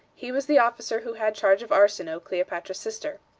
he was the officer who had charge of arsinoe, cleopatra's sister.